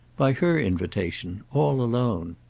by her invitation all alone.